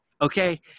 okay